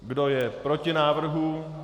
Kdo je proti návrhu?